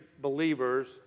believers